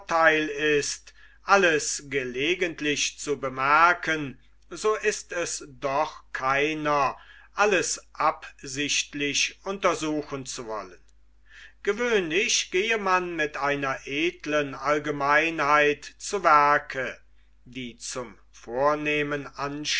ist alles gelegentlich zu bemerken so ist es doch keiner alles absichtlich untersuchen zu wollen gewöhnlich gehe man mit einer edlen allgemeinheit zu werke die zum vornehmen